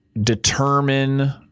determine